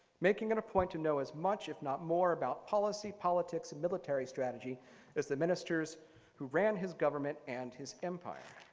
making it a point to know as much, if not more about policy, politics, and military strategy as the ministers who ran his government and his empire.